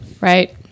right